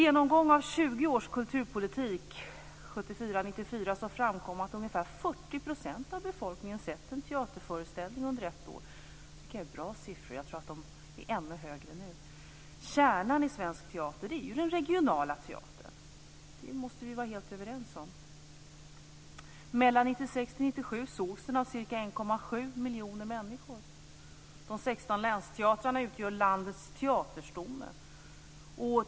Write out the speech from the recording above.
1994, framkom att ungefär 40 % av befolkningen hade sett en teaterföreställning under ett år. Det tycker jag är en bra siffra, och jag tror att den är ännu högre nu. Kärnan i svensk teater är ju den regionala teatern. Det måste vi vara helt överens om. Mellan 1996 och länsteatrarna utgör landets teaterstomme.